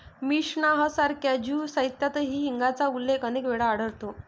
Mishnah सारख्या Jew साहित्यातही हिंगाचा उल्लेख अनेक वेळा आढळतो